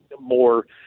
more